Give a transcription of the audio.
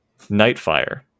Nightfire